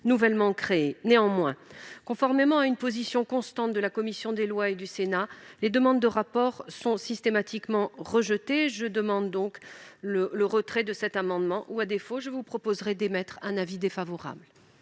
nouvellement créée. Néanmoins, conformément à une position constante de la commission des lois et du Sénat, les demandes de rapport sont systématiquement rejetées. Je demande donc le retrait de cet amendement. À défaut, j'émettrais un avis défavorable.